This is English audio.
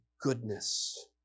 goodness